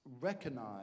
recognize